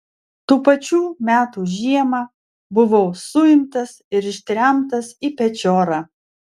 tų pačių metų žiemą buvau suimtas ir ištremtas į pečiorą